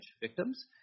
victims